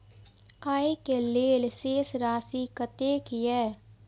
आय के लेल शेष राशि कतेक या?